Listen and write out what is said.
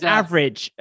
average